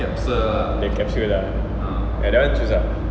the capsule ah ya that [one] susah